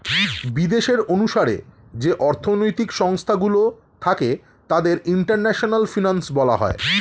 বিদেশের অনুসারে যে অর্থনৈতিক সংস্থা গুলো থাকে তাদের ইন্টারন্যাশনাল ফিনান্স বলা হয়